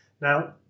Now